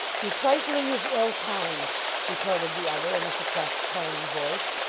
your trifling is ill-timed retorted the other in a suppressed tone and voice,